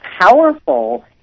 powerful